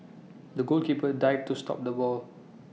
the goalkeeper dived to stop the ball